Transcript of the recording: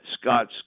Scott's